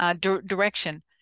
direction